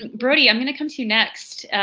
brodie, i'm going to come to you next.